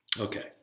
Okay